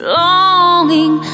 longing